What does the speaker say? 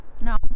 no